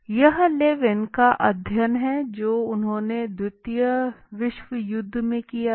यह लेविन का अध्ययन है जो जिन्होंने द्वितीय विश्व युद्ध में किया था